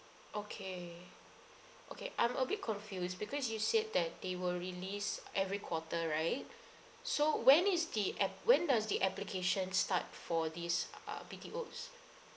okay okay I'm a bit confused because you said that they will release every quarter right so when is the ap~ when does the application start for these uh B_T_Os